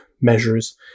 measures